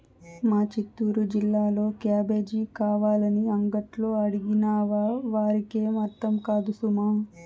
మా చిత్తూరు జిల్లాలో క్యాబేజీ కావాలని అంగట్లో అడిగినావా వారికేం అర్థం కాదు సుమా